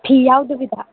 ꯐꯤ ꯌꯥꯎꯗꯕꯤꯗ